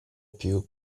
più